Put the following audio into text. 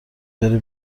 بره